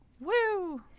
Woo